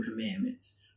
commandments